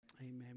amen